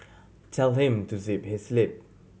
tell him to zip his lip